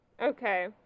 Okay